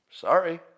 Sorry